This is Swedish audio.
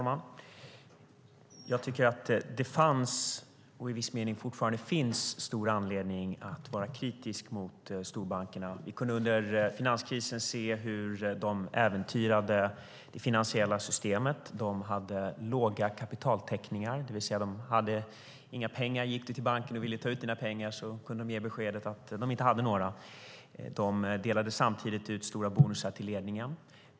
Herr talman! Det fanns, och finns i viss mening fortfarande, stor anledning att vara kritisk till storbankerna. Vi kunde under finanskrisen se hur de äventyrade det finansiella systemet. De hade låga kapitaltäckningar, det vill säga de hade inga pengar. Om du gick till banken och ville ta ut dina pengar kunde du få beskedet att de inte hade några. Samtidigt delade de ut stora bonusar till ledningen.